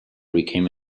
became